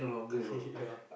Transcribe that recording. ya